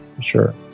sure